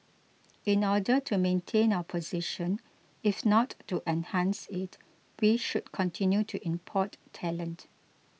in order to maintain our position if not to enhance it we should continue to import talent